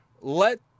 let